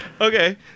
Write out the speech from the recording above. Okay